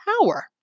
power